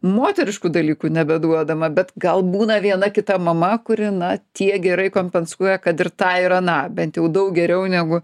moteriškų dalykų nebeduodama bet gal būna viena kita mama kuri na tiek gerai kompensuoja kad ir tą ir aną bent jau daug geriau negu